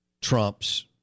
trumps